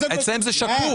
אצלם זה שקוף.